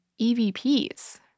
EVPs